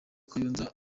kayonza